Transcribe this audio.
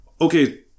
okay